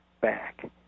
back